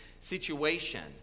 situation